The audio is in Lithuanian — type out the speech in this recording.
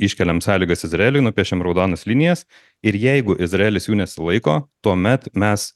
iškeliam sąlygas izraeliui nupiešiam raudonas linijas ir jeigu izraelis jų nesilaiko tuomet mes